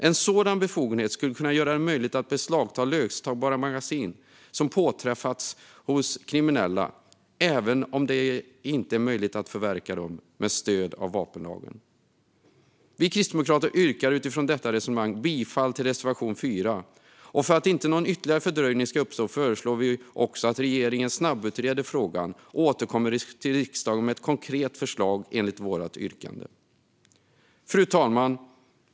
En sådan befogenhet skulle göra det möjligt att beslagta löstagbara magasin som påträffas hos kriminella, även om det inte är möjligt att förverka dem med stöd av vapenlagen. Kristdemokraterna yrkar utifrån detta resonemang bifall till reservation 4. För att inte någon ytterligare fördröjning ska uppstå föreslår vi också att regeringen snabbutreder frågan och återkommer till riksdagen med ett konkret förslag enligt vårt yrkande. Fru talman!